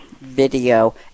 video